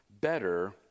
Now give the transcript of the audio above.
better